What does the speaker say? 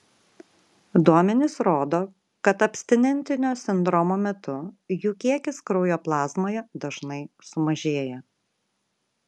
duomenys rodo kad abstinentinio sindromo metu jų kiekis kraujo plazmoje dažnai sumažėja